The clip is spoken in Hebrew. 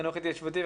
החינוך ההתיישבותי,